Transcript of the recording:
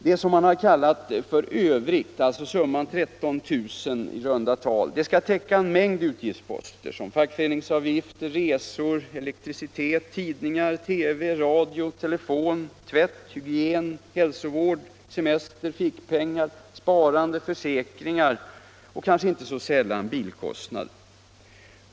Det som man har kallat ”övrigt”, en summa på i runt tal 13 000 kr., skall täcka en mängd utgiftsposter såsom fackföreningsavgifter, resor, elektricitet, tidningar, TV, radio, telefon, tvätt, hygien, hälsovård, semester, fickpengar, sparande, försäkringar och — kanske inte så sällan —- bilkostnad.